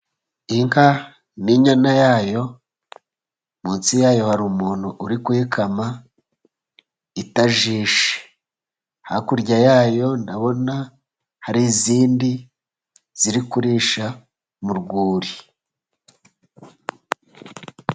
Inka n'inyana yayo, munsi yayo hari umuntu uri kuyikama itajishishe. Hakurya yayo ndabona hari izindi ziri kurisha mu rwuri.